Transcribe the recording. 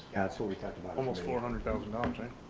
that's what we talked about. almost four hundred thousand object